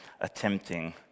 attempting